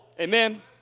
amen